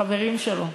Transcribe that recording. החברים שלו.